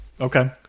Okay